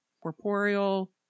corporeal